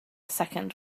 second